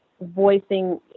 voicing